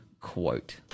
quote